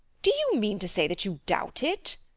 do you mean to say that you doubt it?